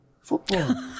football